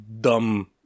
dumb